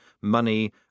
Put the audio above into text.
money